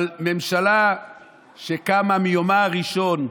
אבל ממשלה שקמה מיומה הראשון,